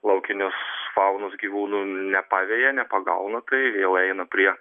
laukinės faunos gyvūnų nepaveja nepagauna tai vėl eina prie